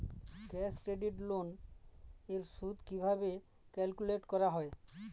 Cash credit loan এর সুদ কিভাবে ক্যালকুলেট করা হয়?